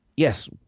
yes